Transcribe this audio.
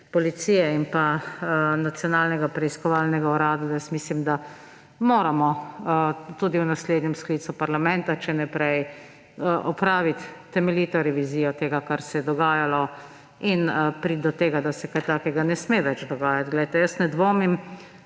Policije in Nacionalnega preiskovalnega urada, da jaz mislim, da moramo tudi v naslednjem sklicu parlamenta, če ne prej, opraviti temeljito revizijo tega, kar se je dogajalo, in priti do tega, da se kaj takega ne sme več dogajati. Jaz ne dvomim,